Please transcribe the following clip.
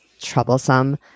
troublesome